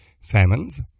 famines